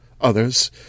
others